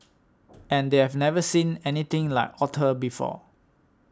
and they've never seen anything like otter before